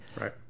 Right